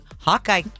Hawkeye